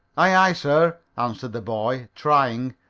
aye, aye, sir, answered the boy, trying,